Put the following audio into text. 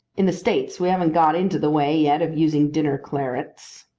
in the states we haven't got into the way yet of using dinner clarets.